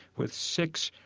with six,